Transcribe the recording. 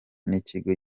n’ikigo